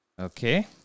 Okay